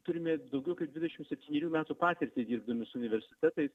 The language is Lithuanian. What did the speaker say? turime daugiau kaip dvidešim septynerių metų patirtį dirbdami su universitetais